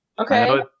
Okay